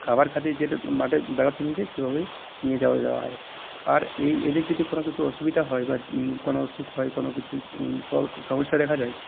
খাবার খেতে যেটা মাঠে বেড়াতে নিয়ে যাই সেভাবেই নিয়ে যাওয়া হয় আর এদের যদি কোনওকিছু অসুবিধা হয় বা কোনও অসুখ হয় কোনও কিছু সমস্যা দেখা দেয়